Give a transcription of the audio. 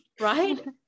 right